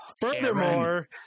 Furthermore